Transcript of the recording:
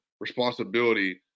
responsibility